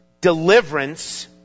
deliverance